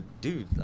dude